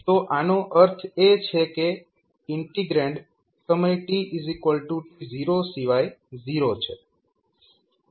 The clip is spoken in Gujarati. તો આનો અર્થ એ છે કે ઇન્ટિગ્રેન્ડ સમય tt0 સિવાય 0 છે